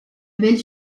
belle